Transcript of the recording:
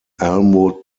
elmwood